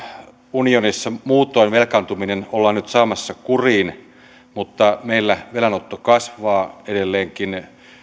unionissa velkaantuminen ollaan nyt muutoin saamassa kuriin mutta meillä velanotto kasvaa edelleenkin